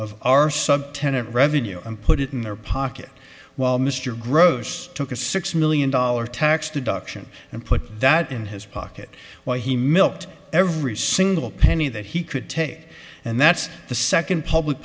of our subtenant revenue and put it in their pocket while mr gross took a six million dollars tax deduction and put that in his pocket while he milked every single penny that he could take and that's the second public